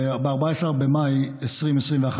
ב-14 במאי 2021,